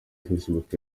facebook